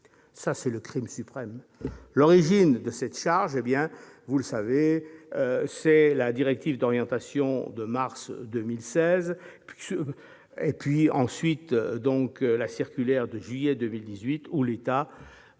Ça, c'est le crime suprême ! L'origine de cette charge, vous le savez, c'est la directive d'orientation de mars 2016, puis la circulaire de juillet 2018 par